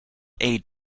aid